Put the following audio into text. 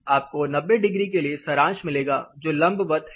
आपको 90 डिग्री के लिए सारांश मिलेगा जो लंबवत है